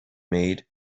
made